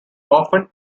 often